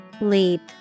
Leap